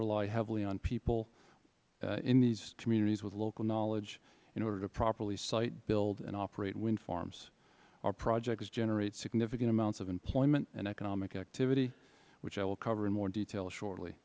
rely heavily on people in these communities with local knowledge in order to properly site build and operate wind farms our projects generate significant amounts of employment and economic activity which i will cover in more detail shortly